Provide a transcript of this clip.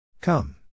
Come